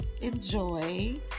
enjoy